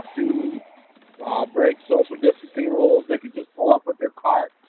to ah break social distancing rules, they could just pull up with their car.